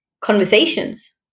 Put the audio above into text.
conversations